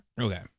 Okay